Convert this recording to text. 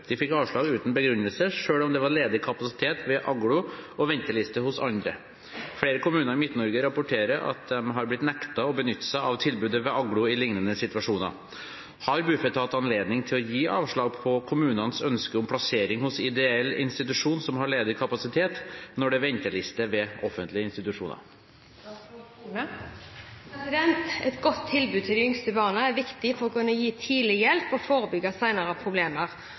De fikk avslag uten begrunnelse, selv om det var ledig kapasitet ved Aglo og venteliste hos andre. Flere kommuner i Midt-Norge rapporterer at de har blitt nektet å benytte seg av tilbudet ved Aglo i lignende situasjoner. Har Bufetat anledning til å gi avslag på kommunenes ønske om plassering hos ideell institusjon som har ledig kapasitet, når det er venteliste ved offentlige institusjoner?» Et godt tilbud til de yngste barna er viktig for å kunne gi tidlig hjelp og forebygge senere problemer.